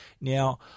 now